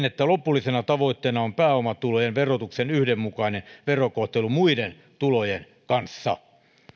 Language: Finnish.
että lopullisena tavoitteena on pääomatulojen verotuksen yhdenmukainen verokohtelu muiden tulojen kanssa